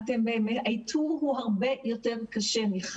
האיתור הוא הרבה יותר קשה, מחד.